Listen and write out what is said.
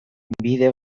bide